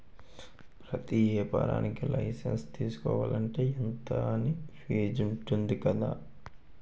ప్రతి ఏపారానికీ లైసెన్సు తీసుకోలంటే, ఇంతా అని ఫీజుంటది కదా